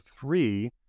three